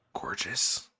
gorgeous